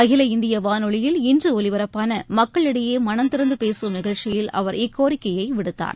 அகில இந்திய வானொலியில் இன்று ஒலிபரப்பான மக்களிடையே மனந்திறந்து பேசும் நிகழ்ச்சியில் அவர் இக்கோரிக்கையை விடுத்தார்